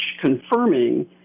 confirming